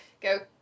go